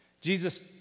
Jesus